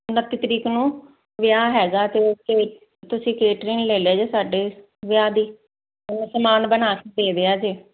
ਉਣੱਤੀ ਤਰੀਕ ਨੂੰ ਵਿਆਹ ਹੈਗਾ ਤੇ ਤੁਸੀਂ ਕੇਟਰਿੰਗ ਜੀ ਲੈ ਲਿਓ ਜੇ ਸਾਡੇ ਵਿਆਹ ਦੀ ਸਮਾਨ ਬਣਾ ਕੇ ਦੇ ਦਿਆ ਜੇ